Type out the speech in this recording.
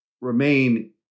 remain